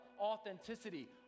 authenticity